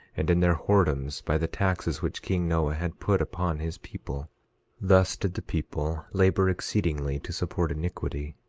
and in their whoredoms, by the taxes which king noah had put upon his people thus did the people labor exceedingly to support iniquity.